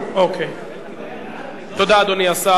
אוקיי, תודה, אדוני השר.